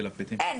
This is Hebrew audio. אין.